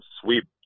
sweep